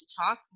talk